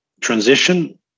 transition